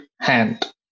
hand